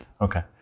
Okay